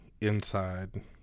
inside